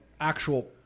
actual